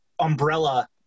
umbrella